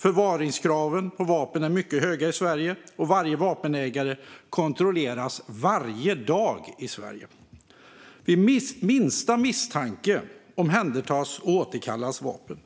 Förvaringskraven på vapen är mycket höga i Sverige, och varje vapenägare kontrolleras varje dag i Sverige. Vid minsta misstanke omhändertas och återkallas vapen.